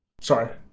Sorry